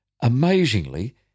Amazingly